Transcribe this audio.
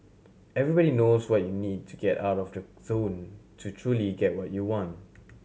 everybody knows what you need to get out of the zone to truly get what you want